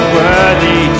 worthy